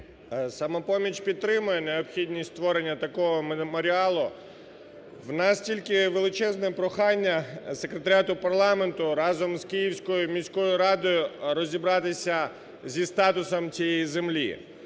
"Самопоміч" підтримає необхідність створення такого меморіалу. У нас тільки величезне прохання секретаріат парламенту разом з Київською міською радою розібратися зі статусом цієї землі.